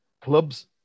clubs